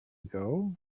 ago